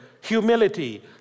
humility